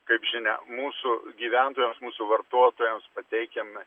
kaip žinia mūsų gyventojams mūsų vartotojams pateikiame